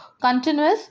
continuous